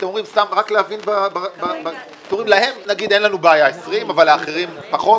אתם אומרים: להם אין לנו בעיה 20 אבל לאחרים פחות?